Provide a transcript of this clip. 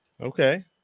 Okay